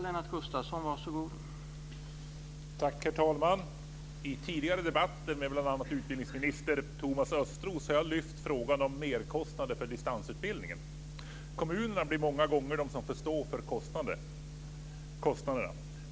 Herr talman! I tidigare debatter med bl.a. utbildningsminister Thomas Östros har jag lyft upp frågan om merkostnader för distansutbildningen. Kommunerna får många gånger stå för kostnaderna.